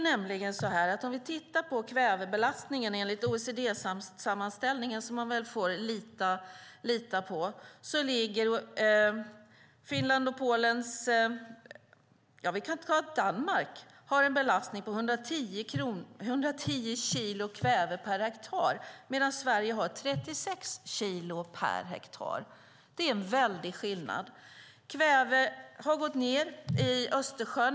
Om vi tittar på kvävebelastningen enligt OECD-sammanställningen, som man väl får lita på, kan vi se att Danmark har en belastning på 110 kilo kväve per hektar medan Sverige har 36 kilo per hektar. Det är en väldig skillnad. Kvävet har gått ned i Östersjön.